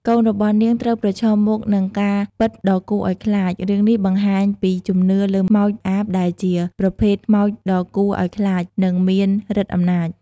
កូនរបស់នាងត្រូវប្រឈមមុខនឹងការពិតដ៏គួរឲ្យខ្លាច រឿងនេះបង្ហាញពីជំនឿលើខ្មោចអាប ដែលជាប្រភេទខ្មោចដ៏គួរឲ្យខ្លាច និងមានឫទ្ធិអំណាច។